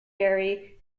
berry